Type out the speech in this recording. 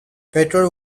pelletier